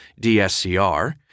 DSCR